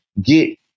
Get